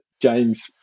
James